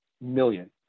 million